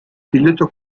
piloto